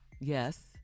Yes